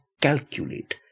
calculate